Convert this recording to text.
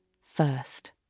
first